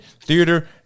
theater